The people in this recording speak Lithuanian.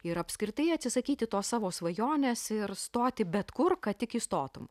ir apskritai atsisakyti tos savo svajonės ir stoti bet kur kad tik įstotum